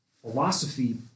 philosophy